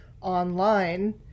online